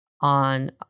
on